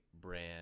brand